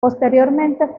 posteriormente